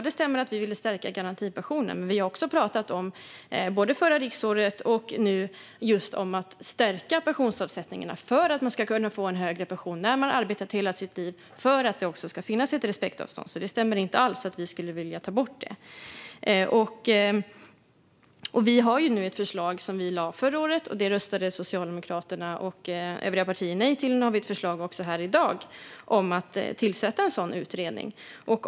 Det stämmer att vi ville stärka garantipensionen, men vi har under förra riksmötet och nu pratat om att stärka pensionsavsättningarna för att kunna få en högre pension när man har arbetat hela sitt liv för att det ska finnas ett respektavstånd. Det stämmer inte alls att vi skulle vilja ta bort det. Vi lade fram ett förslag förra året, och det röstade Socialdemokraterna och övriga partier nej till. Nu har vi ett förslag i dag om att tillsätta en utredning.